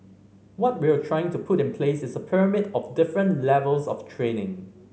what we're trying to put in place is a pyramid of different levels of training